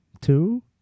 two